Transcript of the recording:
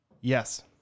Yes